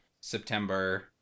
september